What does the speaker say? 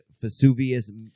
Vesuvius